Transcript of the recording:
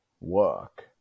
work